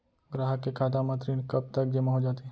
ग्राहक के खाता म ऋण कब तक जेमा हो जाथे?